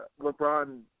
LeBron